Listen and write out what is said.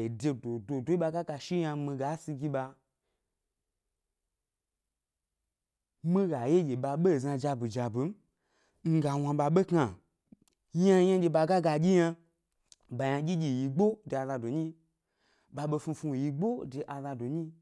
ede dododo edye ɓa ga shi yna mi ga si gi ɓa, mi ga ye gi ɓaɓe e zna jaɓi-jaɓi m, mi ga wna ɓa ʻɓe kna, ynayna ɓa ga dyi yna ga yi gbo de azado nyi yi, ɓa ɓesnusnu è yi gbo de azado nyi yi